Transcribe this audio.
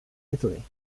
italy